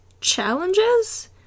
challenges